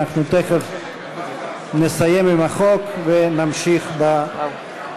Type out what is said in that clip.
אנחנו תכף נסיים עם החוק ונמשיך בישיבה.